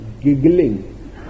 giggling